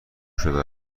شده